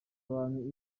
abantu